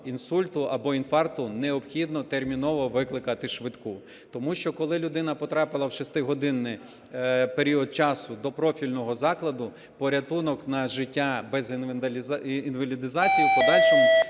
інсульту або інфаркту, необхідно терміново викликати швидку. Тому що коли людина потрапила в шестигодинний період часу до профільного закладу, порятунок на життя без інвалідизації в подальшому